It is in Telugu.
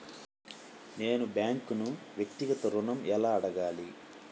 నేను బ్యాంక్ను వ్యక్తిగత ఋణం ఎలా అడగాలి?